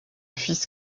fils